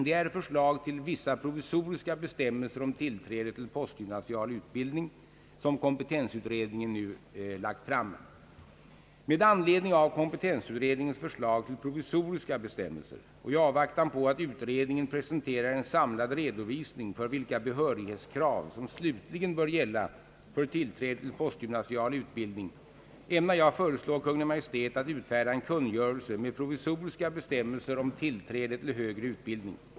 Det är förslag till vissa provisoriska bestämmelser om tillträde till postgymnasial utbildning som kompetensutredningen nu lagt fram. Med anledning av kompetensutredningens förslag till provisoriska bestämmelser och i avvaktan på att utredningen presenterar en samlad redovisning för vilka behörighetskrav som slutligen bör gälla för tillträde till postgymnasial utbildning ämnar jag föreslå Kungl. Maj:t att utfärda en kungörelse med provisoriska bestämmelser om tillträde till högre utbildning.